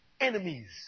enemies